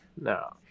No